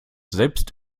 selbst